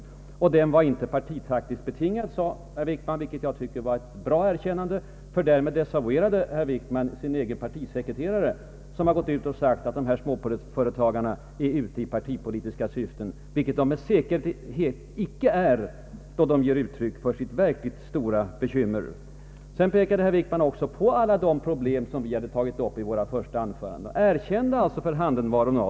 Det misstroendet var inte partitaktiskt betingat, sade herr Wickman, vilket jag tycker var ett bra erkännande, ty därmed desavuerade han sin egen partisekreterare som har sagt att småföretagarna är ute i partipolitiska syften, vilket de med säkerhet icke är, när de ger uttryck för sina verkligt stora bekymmer. Sedan pekade herr Wickman själv också på nästan alla de problem som vi tog upp i våra första anföranden. Han erkände deras existens.